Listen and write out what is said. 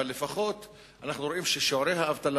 אבל לפחות אנחנו רואים ששיעורי האבטלה